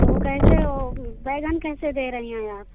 वह कैसे वह बैंगन कैसे दे रहीं है आप